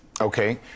Okay